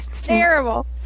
Terrible